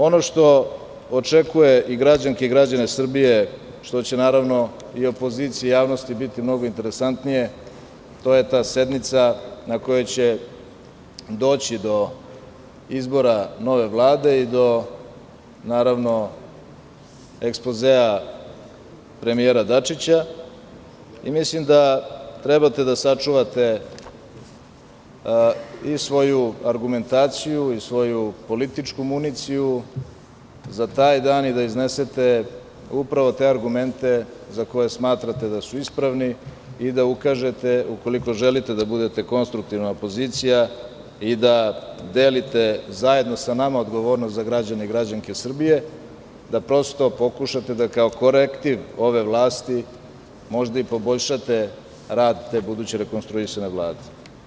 Ono što očekuje i građanke i građane Srbije, što će naravno i opoziciji i javnosti biti mnogo interesantnije, to je ta sednica na kojoj će doći do izbora nove Vlade i do naravno ekspozea premijera Dačića i mislim da trebate da sačuvate i svoju argumentaciju i svoju političku municiju za taj dan i da iznesete upravo te argumente za koje smatrate da su ispravni i da ukažete ukoliko želite da budete konstruktivan opozicija i da delite zajedno sa nama odgovornost za građane i građanke Srbije, da prosto pokušate da kao korektiv ove vlasti možda i poboljšate rad te buduće rekonstruisane Vlade.